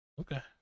Okay